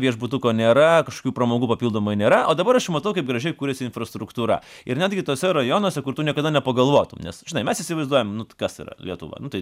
viešbutuko nėra kažkokių pramogų papildomai nėra o dabar aš jau matau kaip gražiai kuriasi infrastruktūra ir netgi tuose rajonuose kur tu niekada nepagalvotum nes žinai mes įsivaizduojam nu t kas yra lietuva nu tai